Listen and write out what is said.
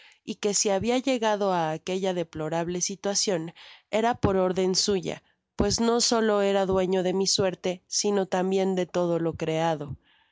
y que si habia legado a aquella deplorable situacion era por orden suya pues no solo era dueño de mi suerte sino también de todo lo creado